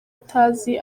atazi